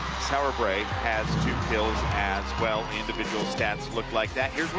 sauerbrei has two kills as well. individual stats look like that.